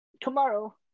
tomorrow